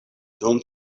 dum